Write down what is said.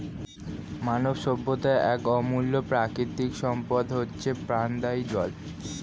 মানব সভ্যতার এক অমূল্য প্রাকৃতিক সম্পদ হচ্ছে প্রাণদায়ী জল